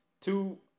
Two